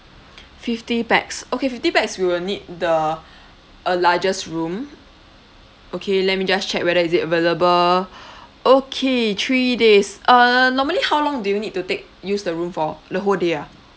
fifty pax okay fifty pax we will need the a largest room okay let me just check whether is it available okay three days uh normally how long do you need to take use the room for the whole day ah